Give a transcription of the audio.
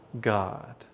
God